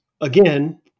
again